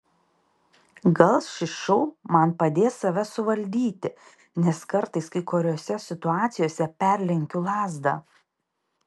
gal šis šou man padės save suvaldyti nes kartais kai kuriose situacijose perlenkiu lazdą